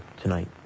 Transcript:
tonight